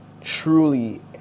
truly